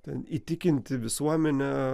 ten įtikinti visuomenę